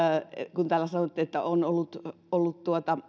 kun täällä sanottiin että tämä on ollut ollut